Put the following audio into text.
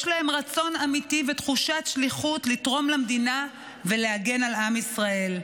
יש להם תחושת שליחות ורצון אמיתי לתרום למדינה ולהגן על עם ישראל.